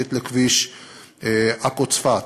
שנושקת לכביש עכו צפת.